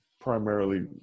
primarily